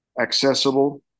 accessible